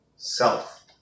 Self